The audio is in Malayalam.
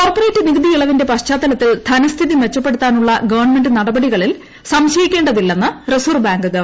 കോർപ്പറേറ്റ് നികുതിട് ഇളവിന്റെ പശ്ചാത്തലത്തിൽ ധനസ്ഥിതി മെച്ചപ്പെടുത്താനു്ള്ള ഗവണ്മെന്റ് നടപടികളിൽ സംശയിക്കേണ്ടതിട്ട്ണെന്ന് റിസർവ്വ് ബാങ്ക് ഗവർണർ